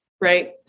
right